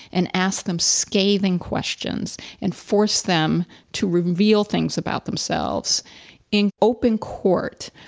and ask them scathing questions and force them to reveal things about themselves in open court.